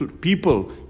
people